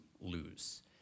lose